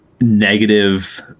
negative